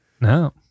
No